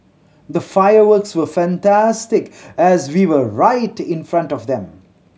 the fireworks were fantastic as we were right in front of them